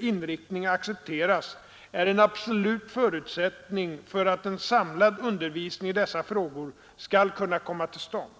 inriktning accepteras är en absolut förutsättning för att en samlande undervisning i dessa frågor skall kunna komma till stånd.